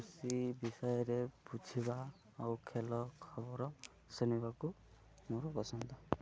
କୃଷି ବିଷୟରେ ବୁଝିବା ଆଉ ଖେଳ ଖବର ଶୁଣିବାକୁ ମୋର ପସନ୍ଦ